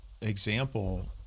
example